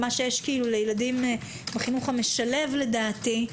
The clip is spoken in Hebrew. בחינוך המשלב לדעתי,